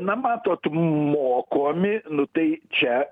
na matot mokomi nu tai čia